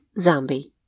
Zombie